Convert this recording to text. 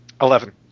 Eleven